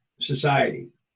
society